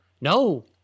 No